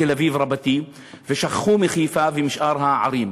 תל-אביב רבתי ושכחו מחיפה ומשאר הערים.